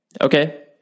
Okay